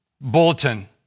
bulletin